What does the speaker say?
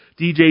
DJ